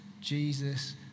Jesus